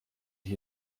ich